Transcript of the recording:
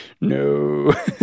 No